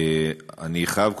אני חייב,